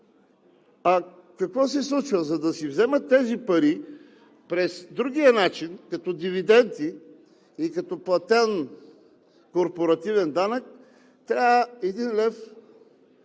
А какво се случва? За да си вземат тези пари през другия начин като дивиденти и като платен корпоративен данък, трябва 1 лв.